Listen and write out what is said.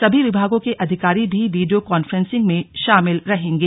सभी विभागों के अधिकारी भी वीडियो कॉन्फ्रेंसिंग में शामिल रहेंगे